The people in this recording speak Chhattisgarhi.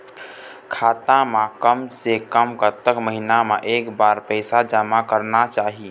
खाता मा कम से कम कतक महीना मा एक बार पैसा जमा करना चाही?